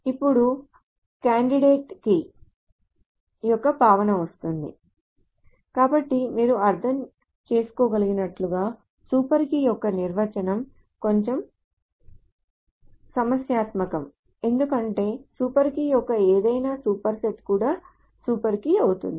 అప్పుడు candidate candidate key యొక్క భావన వస్తుంది కాబట్టి మీరు అర్థం చేసుకోగలిగినట్లుగా సూపర్ కీ యొక్క నిర్వచనం కొంచెం సమస్యాత్మకం ఎందుకంటే సూపర్ కీ యొక్క ఏదైనా సూపర్ సెట్ కూడా సూపర్ కీ అవుతుంది